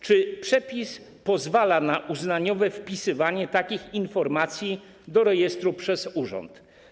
Czy przepis pozwala na uznaniowe wpisywanie takich informacji do rejestru przez urząd?